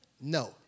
No